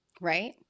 Right